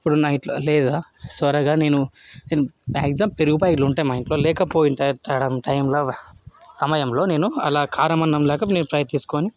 ఇప్పుడు నైట్లో లేదా త్వరగా మ్యాగ్జిమం పెరుగు ప్యాకెట్లు ఉంటాయి మా ఇంట్లో లేకపోయినా టైం టైంల సమయంలో నేను అలా కారం అన్నం లాగా నేను తయారుచేసుకుని